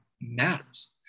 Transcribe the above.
matters